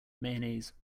mayonnaise